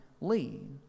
lead